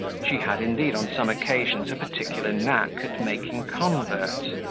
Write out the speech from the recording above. she had indeed, on some occasions, a particular knack at making converts,